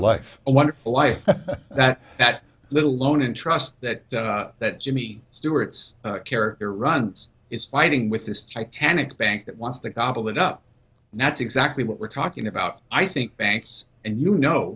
life a wonderful life that that little lone and trust that that jimmy stewart's character runs is fighting with this titanic bank that wants to gobble it up now that's exactly what we're talking about i think banks and you know